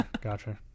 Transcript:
Gotcha